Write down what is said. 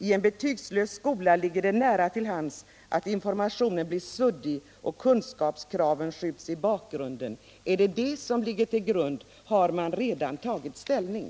I en betygslös skola ligger det nära till hands att informationen blir suddig och kunskapskraven skjuts i bakgrunden.” Har man redan tagit ställning?